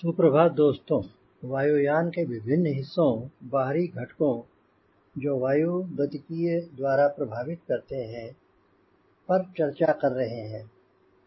सुप्रभात दोस्तों वायु यान के विभिन्न हिस्सों बाहरी घटकों जो वायुगतिकी द्वारा प्रभावित करते हैं पर चर्चा कर रहे हैं